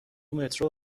مترو